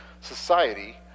society